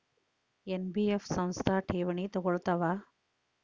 NBF ಸಂಸ್ಥಾ ಠೇವಣಿ ತಗೋಳ್ತಾವಾ?